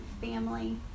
family